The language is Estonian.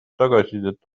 tagasisidet